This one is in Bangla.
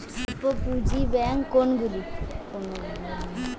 অল্প পুঁজি ব্যাঙ্ক কোনগুলি?